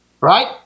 Right